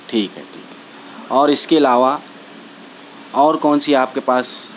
ٹھیک ہے ٹھیک ہے اور اس کے علاوہ اور کون سی آپ کے پاس